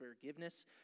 forgiveness